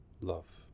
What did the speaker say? love